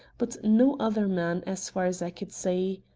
but no other man's, as far as i could see.